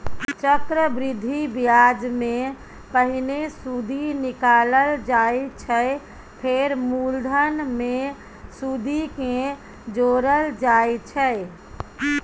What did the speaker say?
चक्रबृद्धि ब्याजमे पहिने सुदि निकालल जाइ छै फेर मुलधन मे सुदि केँ जोरल जाइ छै